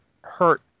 hurt